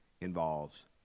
involves